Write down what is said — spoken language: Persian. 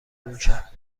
اونشب